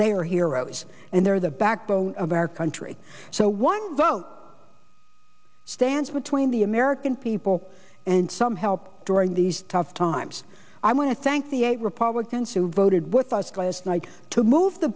they are heroes and they are the backbone of our country so one stands between the american people and some help during these tough times i want to thank the eight republicans who voted with us last night to move the